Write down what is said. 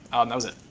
that was it.